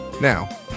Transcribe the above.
Now